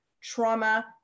trauma